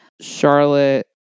Charlotte